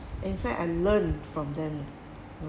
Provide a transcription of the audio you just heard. in fact I learned from them